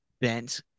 Bent